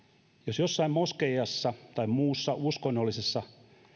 jos jossain moskeijassa tai muussa uskonnollisessa